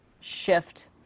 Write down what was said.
shift